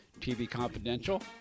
tvconfidential